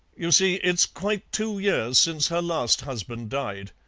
you see, it's quite two years since her last husband died.